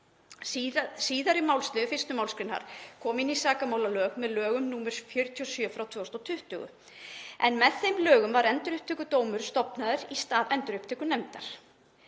Síðari málsliður 1. mgr. kom inn í sakamálalög með lögum nr. 47/2020 en með þeim lögum var Endurupptökudómur stofnaður í stað endurupptökunefndar.